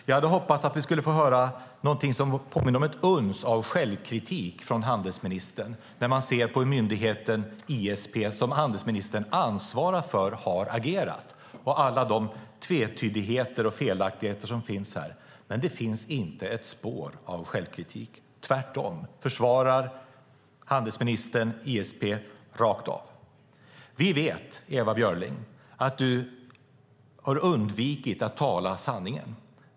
Jag hade hoppats att vi skulle få höra ett uns självkritik från handelsministern med tanke på hur myndigheten ISP, som ministern ansvarar för, har agerat och med tanke på alla de tvetydigheter och felaktigheter som finns här. Men det finns inte ett spår av självkritik. Tvärtom försvarar handelsministern ISP rakt av. Vi vet, Ewa Björling, att du har undvikit att tala sanning.